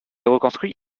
reconstruits